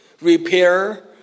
repair